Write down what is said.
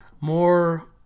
more